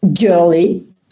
girly